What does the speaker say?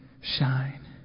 shine